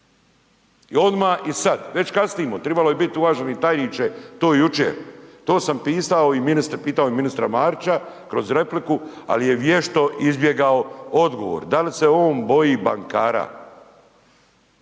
Odmah i sad, već kasnimo. Trebalo je biti uvaženi tajniče to jučer. To sam pitao i ministra Marića kroz repliku, ali je vješto izbjegao odgovor. Da li se on boji bankara?